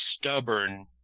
stubborn